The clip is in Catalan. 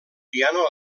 piano